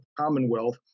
Commonwealth